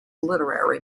literary